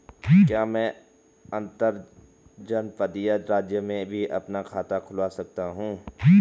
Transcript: क्या मैं अंतर्जनपदीय राज्य में भी अपना खाता खुलवा सकता हूँ?